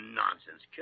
nonsense